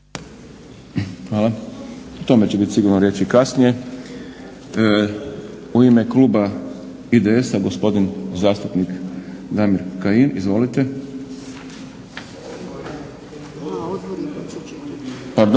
Hvala. O tome će sigurno biti riječi kasnije. U ime kluba IDS-a gospodin zastupnik Damir Kajin. Izvolite.